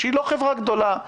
שהיא לא חברה גדולה,